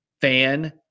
fan